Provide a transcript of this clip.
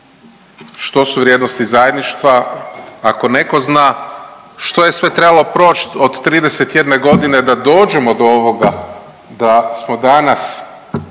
što su vrijednosti zajedništva, ako neko zna što je sve trebalo proć od 31.g. da dođemo do ovoga da smo danas